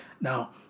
Now